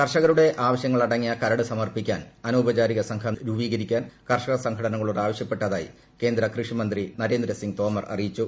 കർഷകരുടെ ആവശ്യങ്ങളടങ്ങിയ കരട് സമർപ്പിക്കാൻ അനൌപചാരിക സംഘം രൂപീകരിക്കാൻ കർഷക സംഘടനകളോട് ആവശ്യപ്പെട്ടതായി കേന്ദ്ര കൃഷിമന്ത്രി നരേന്ദ്രസിങ് തോമർ അറിയിച്ചു